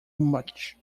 much